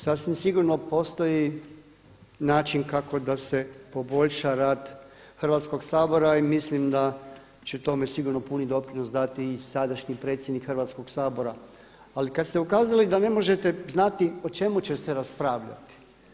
Sasvim sigurno postoji način kako da se poboljša rad Hrvatskog sabora i mislim da će tome sigurno puni doprinos dati i sadašnji predsjednik Hrvatskoga sabora ali kada ste ukazali da ne možete znati o čemu će se raspravljati.